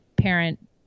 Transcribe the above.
parent